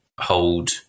hold